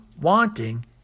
wanting